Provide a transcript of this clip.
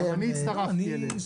גם אני הצטרפתי אליהן.